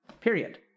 Period